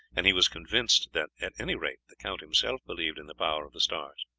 and he was convinced that at any rate the count himself believed in the power of the stars.